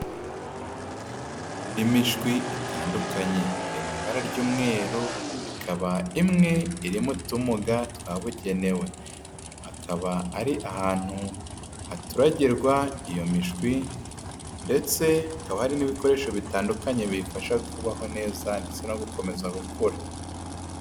Imishwi itandukanye iri mu ibara ry'umweru, ikaba imwe iri mu tumuga twabugenewe, akaba ari ahantu haturagirwa iyo mishwi ndetse hakaba hari n'ibikoresho bitandukanye biyifasha kubaho neza ndetse no gukomeza gukura.